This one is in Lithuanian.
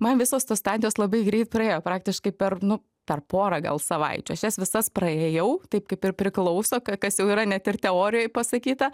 man visos tos stadijos labai greit praėjo praktiškai per nu per porą gal savaičių aš jas visas praėjau taip kaip ir priklauso ka kas jau yra net ir teorijoj pasakyta